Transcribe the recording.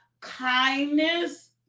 kindness